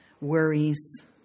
worries